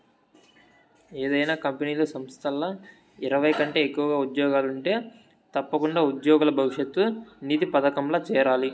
ఏదైనా కంపెనీలు, సంస్థల్ల ఇరవై కంటే ఎక్కువగా ఉజ్జోగులుంటే తప్పకుండా ఉజ్జోగుల భవిష్యతు నిధి పదకంల చేరాలి